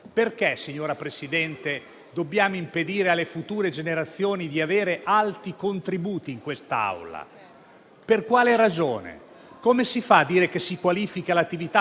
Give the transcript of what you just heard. Perché, signora Presidente, dobbiamo impedire alle future generazioni di avere alti contributi in quest'Aula? Per quale ragione? Come si fa a dire che si qualifica l'attività